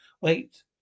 Wait